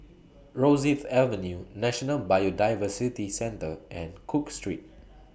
Rosyth Avenue National Biodiversity Centre and Cook Street